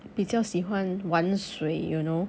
比较喜欢玩水 you know